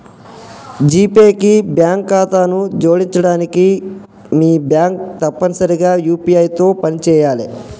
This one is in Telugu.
జీపే కి బ్యాంక్ ఖాతాను జోడించడానికి మీ బ్యాంక్ తప్పనిసరిగా యూ.పీ.ఐ తో పనిచేయాలే